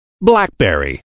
BlackBerry